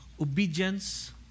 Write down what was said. Obedience